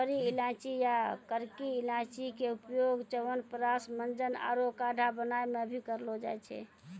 बड़ी इलायची या करकी इलायची के उपयोग च्यवनप्राश, मंजन आरो काढ़ा बनाय मॅ भी करलो जाय छै